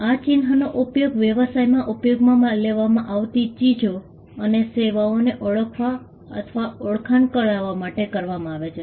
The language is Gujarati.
આ ચિહ્નનો ઉપયોગ વ્યવસાયમાં ઉપયોગમાં લેવામાં આવતી ચીજો અને સેવાઓને ઓળખવા અથવા ઓળખાણ કરાવવા માટે કરવામાં આવે છે